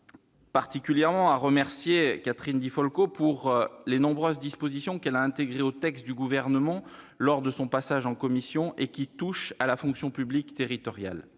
Je tiens particulièrement à remercier Catherine Di Folco des nombreuses dispositions qu'elle a intégrées au texte du Gouvernement lors de l'examen du projet de loi en commission, et qui touchent à la fonction publique territoriale.